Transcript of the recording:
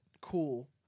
Cool